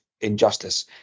injustice